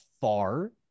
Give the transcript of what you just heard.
far